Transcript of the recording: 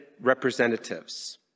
representatives